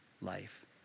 life